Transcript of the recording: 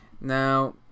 Now